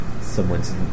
someone's